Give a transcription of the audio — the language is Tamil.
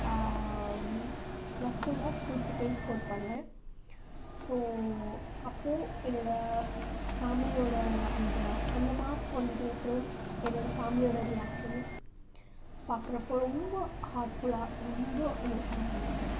ப்ளஸ் டூவில் ஸ்கூல் செகண்ட் ஸ்கோர் பண்ணேன் ஸோ அப்போது என்னோடய ஃபேமிலியோடு அந்த அந்த மார்க் வந்ததுக்கப்புறம் என்னோடய ஃபேமிலியோடய ரியாக்ஷன்ஸ் பார்க்குறப்போ ரொம்ப ஹாட்ஃபுல்லாக ரொம்ப சந்தோஷமாக இருந்துச்சு